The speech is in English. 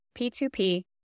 P2P